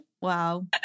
Wow